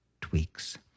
tweaks